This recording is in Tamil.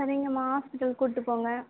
சரிங்கம்மா ஹாஸ்ப்பிட்டல் கூட்டு போங்க